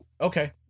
okay